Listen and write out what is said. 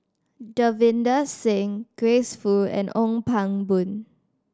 Davinder Singh Grace Fu and Ong Pang Boon